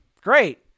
Great